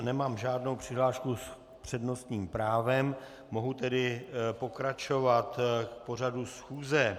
Nemám žádnou přihlášku s přednostním právem, mohu tedy pokračovat v pořadu schůze.